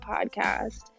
podcast